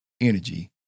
energy